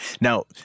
now